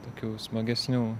tokių smagesnių